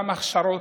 גם הכשרות,